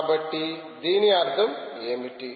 కాబట్టి దీని అర్థం ఏమిటి